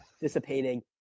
dissipating